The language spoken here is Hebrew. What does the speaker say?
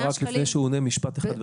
לפני שהוא עונה אני רוצה להגיד משפט אחד.